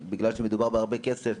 בגלל שמדובר בהרבה כסף,